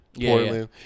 Portland